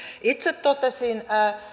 itse totesin